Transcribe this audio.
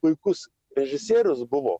puikus režisierius buvo